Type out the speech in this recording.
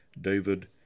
David